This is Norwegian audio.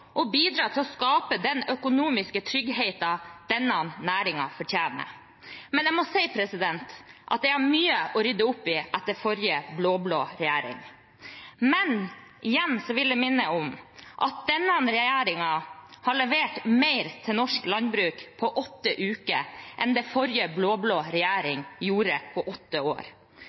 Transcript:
å bidra til å skape den økonomiske tryggheten denne næringen fortjener, men jeg må si at det er mye å rydde opp i etter forrige, blå-blå regjering. Igjen vil jeg minne om at denne regjeringen har levert mer til norsk landbruk på åtte uker enn det forrige, blå-blå regjering gjorde på åtte år.